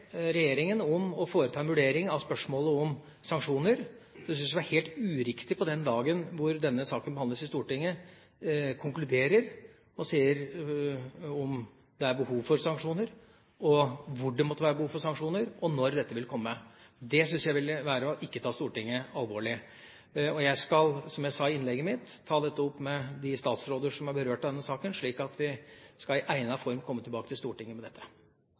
om å foreta en vurdering av spørsmålet om sanksjoner, syns jeg det vil være helt uriktig – på den dagen hvor denne saken behandles i Stortinget – å konkludere, og å si om det er behov for sanksjoner, hvor det måtte være behov for sanksjoner, og når dette vil komme. Det syns jeg ville være ikke å ta Stortinget alvorlig. Jeg skal, som jeg sa i innlegget mitt, ta dette opp med de statsråder som er berørt av denne saken, slik at vi i egnet form skal komme tilbake til Stortinget med dette.